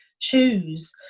choose